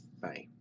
Bye